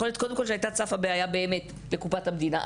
יכול להיות שהייתה צפה בעיה באמת לקופת המדינה.